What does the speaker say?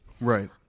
Right